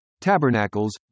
tabernacles